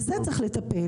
בזה צריך לטפל,